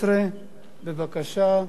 2012. בבקשה,